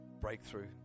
Breakthrough